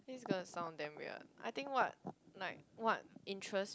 it's gonna sound damn weird I think what like what interests